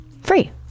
Free